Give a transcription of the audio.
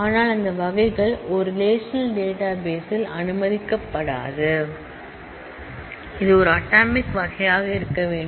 ஆனால் அந்த வகைகள் ஒரு ரெலேஷனல் டேட்டாபேஸ் ல் அனுமதிக்கப்படாது இது ஒரு அட்டாமிக் வகையாக இருக்க வேண்டும்